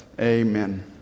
Amen